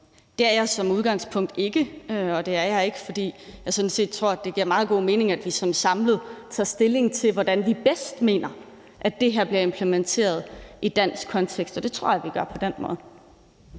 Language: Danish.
Det er jeg som udgangspunkt ikke, og det er jeg ikke, fordi jeg sådan set tror, det giver meget god mening, at vi sådan samlet tager stilling til, hvordan vi bedst mener at det her bliver implementeret i dansk kontekst, og det tror jeg det gør på den måde.